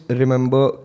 remember